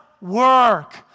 work